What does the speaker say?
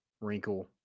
wrinkle